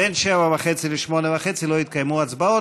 בין 19:30 ל-20:30 לא יתקיימו הצבעות.